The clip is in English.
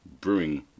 brewing